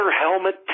helmet